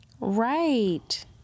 Right